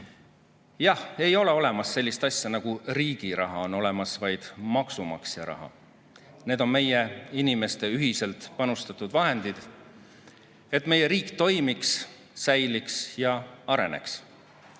Jah, ei ole olemas sellist asja nagu riigi raha, on olemas vaid maksumaksja raha. Need on meie inimeste ühiselt panustatud vahendid, et meie riik toimiks, säiliks ja areneks.